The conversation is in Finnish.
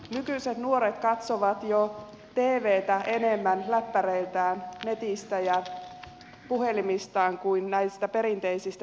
nykyiset nuoret katsovat jo tvtä enemmän läppäreiltään netistä ja puhelimistaan kuin näistä perinteisistä tvistä